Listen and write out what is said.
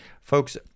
Folks